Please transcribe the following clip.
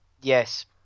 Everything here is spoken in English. yes